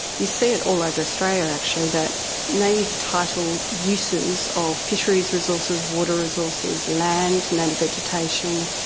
you see it all over australia actually, that native title uses of fisheries resources, water resources, land, native vegetation.